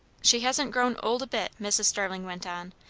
she hasn't grown old a bit, mrs. starling went on,